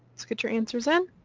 let's get your answers in.